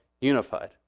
unified